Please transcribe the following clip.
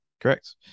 Correct